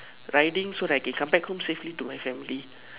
riding so that I can come back home safely to my family